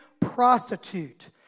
prostitute